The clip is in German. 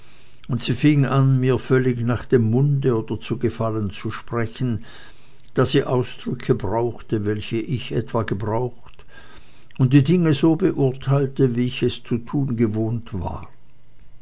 und sie fing an mir völlig nach dem munde oder zu gefallen zu sprechen da sie ausdrücke brauchte welche ich etwa gebraucht und die dinge so beurteilte wie ich es zu tun gewohnt war